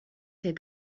faits